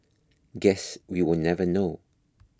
guess we will never know